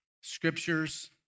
scriptures